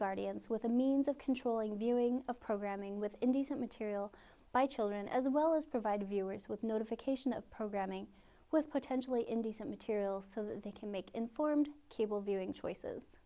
guardians with a means of controlling viewing of programming with indecent material by children as well as provide viewers with notification of programming with potentially indecent material so they can make informed cable viewing choices